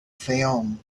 fayoum